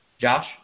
Josh